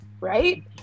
right